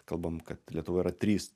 kalbam kad lietuvoje yra trys